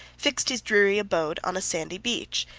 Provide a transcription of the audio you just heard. fixed his dreary abode on a sandy beach,